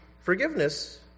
forgiveness